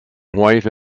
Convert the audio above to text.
white